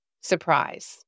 surprise